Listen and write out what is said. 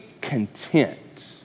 content